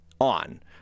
on